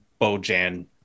Bojan